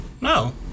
No